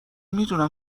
میدونم